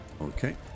Okay